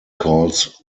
calls